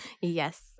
Yes